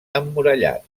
emmurallat